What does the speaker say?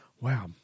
Wow